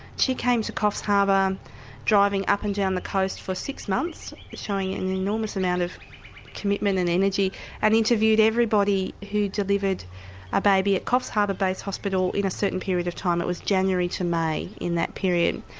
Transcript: she came to coffs harbour driving up and down the coast for six months showing an enormous amount of commitment and energy and interviewed everybody who delivered a baby at coffs harbour base hospital in a certain period of time. it was january to may in that period.